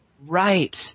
right